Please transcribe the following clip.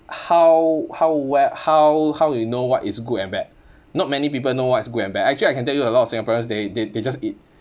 how how well how how you know what is good and bad not many people know what is good and bad actually I can tell you a lot of singaporeans they they they just eat